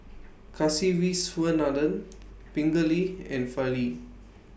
Kasiviswanathan Pingali and Fali